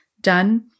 done